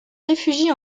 réfugie